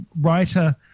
writer